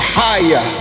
higher